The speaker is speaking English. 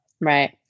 Right